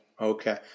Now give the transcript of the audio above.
Okay